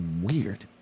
weird